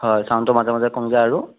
হয় চাউণ্ডটো মাজে মাজে কমি যায় আৰু